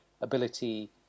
ability